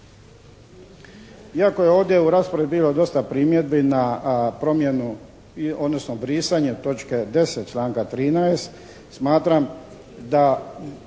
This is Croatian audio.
Iako je ovdje u raspravi bilo dosta primjedbi na promjenu odnosno brisanje točke 10. članka 13. smatram da